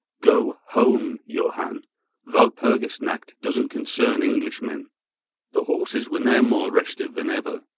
go home, johann walpurgis-nacht doesn't concern englishmen the horses were now more restive than ever,